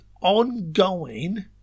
ongoing